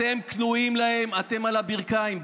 אתם כנועים להם, אתם על הברכיים.